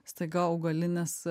staiga augalinis